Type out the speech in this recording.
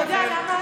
אתה יודע למה?